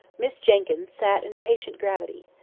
miss jenkyns sat in patient gravity.